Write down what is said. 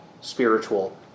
spiritual